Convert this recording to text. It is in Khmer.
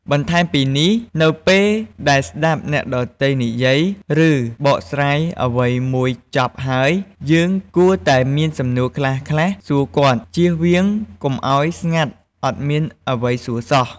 បន្ថែមពីនេះ នៅពេលដែលស្តាប់អ្នកដ៏ទៃនិយាយ ឬបកស្រាយអ្វីមួយចប់ហើយ យើងគួរតែមានសំណួរខ្លះៗសួរគាត់ ជៀសវាងកុំឱ្យស្ងាត់អត់មានអ្វីសួរសោះ។